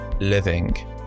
living